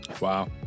Wow